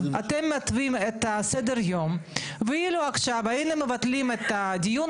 אתם מתווים את סדר היום ואילו עכשיו היינו מבטלים את הדיון